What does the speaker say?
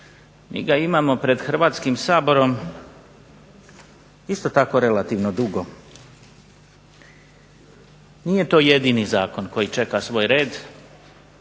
mi ga imamo pred Hrvatskim saborom isto tako relativno dugo. Nije to jedini zakon koji čeka svoj red